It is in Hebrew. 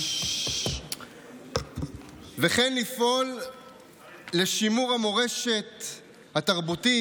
וכן לפעול לשימור המורשת התרבותית,